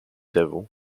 devil